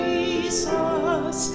Jesus